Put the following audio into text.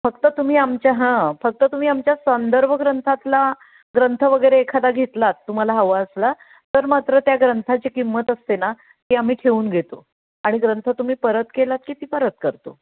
फक्त तुम्ही आमच्या हां फक्त तुम्ही आमच्या संदर्भग्रंथातला ग्रंथ वगैरे एखादा घेतलात तुम्हाला हवा असला तर मात्र त्या ग्रंथाची किंमत असते ना ती आम्ही ठेवून घेतो आणि ग्रंथ तुम्ही परत केलात की ती परत करतो